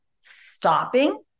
stopping